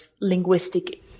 linguistic